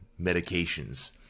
medications